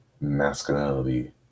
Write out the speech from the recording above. masculinity